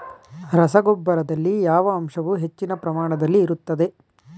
ರಸಗೊಬ್ಬರದಲ್ಲಿ ಯಾವ ಅಂಶವು ಹೆಚ್ಚಿನ ಪ್ರಮಾಣದಲ್ಲಿ ಇರುತ್ತದೆ?